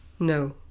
No